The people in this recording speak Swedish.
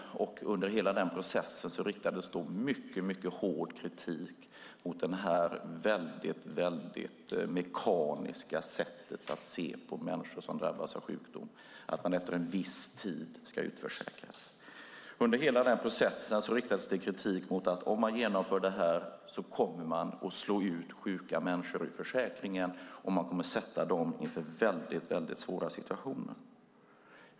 Under hela den processen riktades mycket hård kritik mot det väldigt mekaniska sättet att se på människor som drabbas av sjukdom och att de efter en viss tid ska utförsäkras. Under hela processen riktades kritik. Det sades att om man genomför detta kommer man att slå ut sjuka människor ur försäkringen och sätta dem inför väldigt svåra situationer.